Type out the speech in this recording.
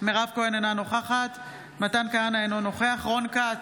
מירב כהן, אינה נוכחת מתן כהנא, אינו נוכח רון כץ,